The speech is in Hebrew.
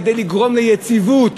כדי לגרום ליציבות